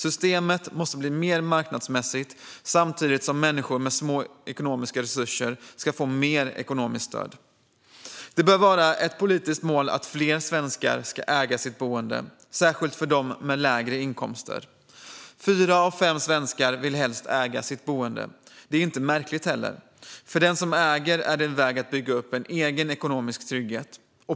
Systemet måste bli mer marknadsmässigt samtidigt som människor med små ekonomiska resurser ska få mer ekonomiskt stöd. Det bör vara ett politiskt mål att fler svenskar ska äga sitt boende, särskilt de med lägre inkomster. Fyra av fem svenskar vill helst äga sitt boende. Det är inte heller märkligt. För den som äger är detta en väg att bygga upp en egen ekonomisk trygghet.